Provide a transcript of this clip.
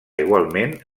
igualment